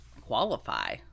qualify